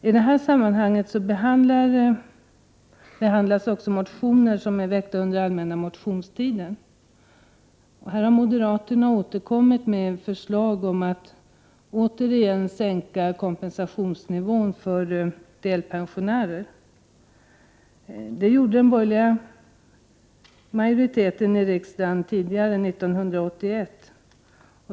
I detta sammanhang behandlas också motioner som är väckta under allmänna motionstiden. Moderaterna har återkommit med förslag om att återigen sänka kompensationsnivån för delpensionärer. En sådan sänkning genomförde de borgerliga majoriteten i riksdagen tidigare, 1981.